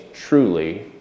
truly